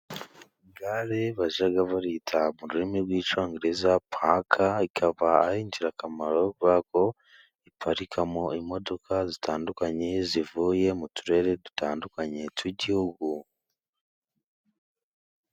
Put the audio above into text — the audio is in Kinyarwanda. Gare bajya bita mu rurimi rw'icyongereza parike, ikaba ari ingirakamaro, kubera ko iparikamo imodoka zitandukanye, zivuye mu turere dutandukanye tw'igihugu.